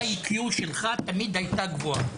רמת האיי-קיו שלך תמיד היתה גבוהה.